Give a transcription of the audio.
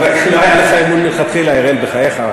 לא היה לך אמון מלכתחילה, אראל, בחייך.